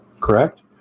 Correct